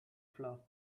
floor